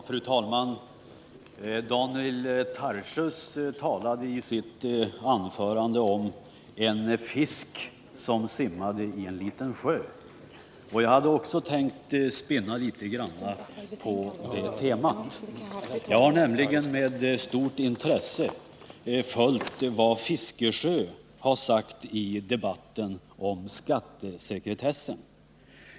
Fru talman! Daniel Tarschys talade i sitt anförande om en fisk som simmade i en liten sjö. Jag hade också tänkt spinna litet på det temat. Jäg har nämligen med stort intresse följt vad Bertil Fiskesjö sagt i debatten om skattesekretessen.